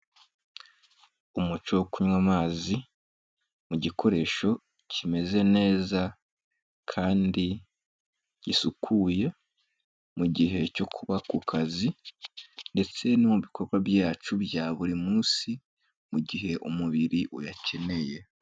Umuco wo kunywa amazi mu gikoresho kimeze neza kandi gisukuye, mu gihe cyo kuba ku kazi ndetse no mu bikorwa byacu bya buri munsi, mu gihe umubiri uyakeneye.